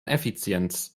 effizienz